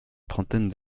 trentaine